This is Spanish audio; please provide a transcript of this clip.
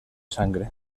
sangre